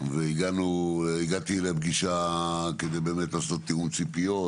והגעתי לפגישה כדי באמת לעשות תיאום ציפיות,